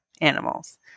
animals